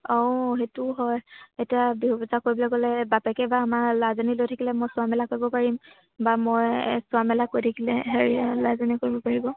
অঁ সেইটোও হয় এতিয়া বিহু বজা কৰিবলৈ গ'লে বাপেকে বা আমাৰ ল'ৰাজনী লৈ থাকিলে মই চোৱ মেলা কৰিব পাৰিম বা মই চোৱ মেলা কৰি থাকিলে হেৰিয়ে ল'ৰাজনীক লৈ থাকিব পাৰিব